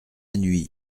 nuit